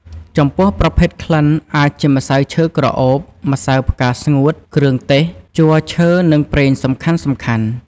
ចំពោះប្រភេទក្លិនអាចជាម្សៅឈើក្រអូប ម្សៅផ្កាស្ងួត គ្រឿងទេស ជ័រឈើនិងប្រេងសំខាន់ៗ។